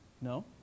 No